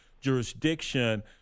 jurisdiction